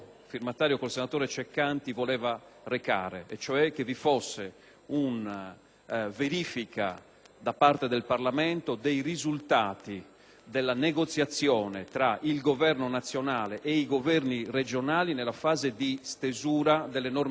una verifica da parte del Parlamento dei risultati della negoziazione tra il Governo nazionale e quelli regionali nella fase di stesura delle norme di attuazione degli Statuti, ritiro l'emendamento.